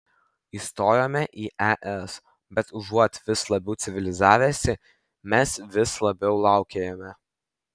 įstojome į es bet užuot vis labiau civilizavęsi mes vis labiau laukėjame